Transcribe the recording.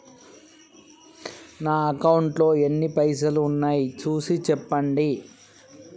నా అకౌంట్లో ఎన్ని పైసలు ఉన్నాయి చూసి చెప్పండి?